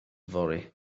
yfory